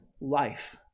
life